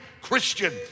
Christian